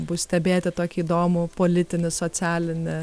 bus stebėti tokį įdomų politinį socialinį